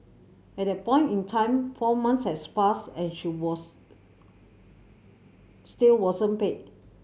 at that point in time four months has passed and she was still wasn't paid